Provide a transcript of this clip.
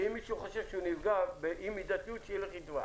ואם מישהו חושב שהוא נפגע במידתיות שיתבע.